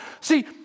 See